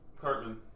Cartman